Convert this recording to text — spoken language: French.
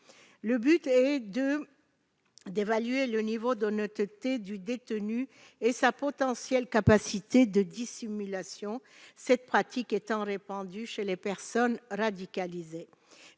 Le but est d'évaluer le niveau d'honnêteté du détenu et sa potentielle capacité de dissimulation, laquelle est fréquemment observée chez les personnes radicalisées.